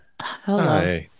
Hello